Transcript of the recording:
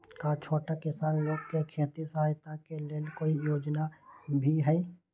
का छोटा किसान लोग के खेती सहायता के लेंल कोई योजना भी हई?